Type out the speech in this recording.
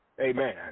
Amen